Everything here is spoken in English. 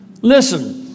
Listen